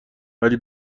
ولی